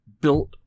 built